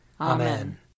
Amen